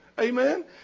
Amen